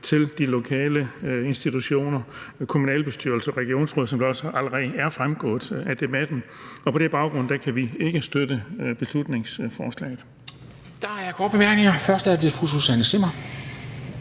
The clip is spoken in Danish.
til de lokale institutioner og kommunalbestyrelser og regionsråd, som det også allerede er fremgået af debatten. På den baggrund kan vi ikke støtte beslutningsforslaget.